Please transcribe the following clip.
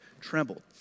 trembled